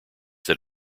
that